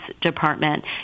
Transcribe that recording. department